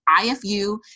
IFU